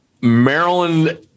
Maryland